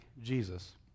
Jesus